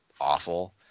awful